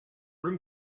room